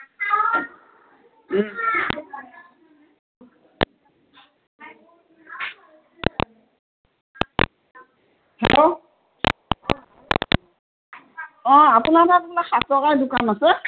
hello অ আপোনাৰ তাত দোকান আছে